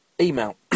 email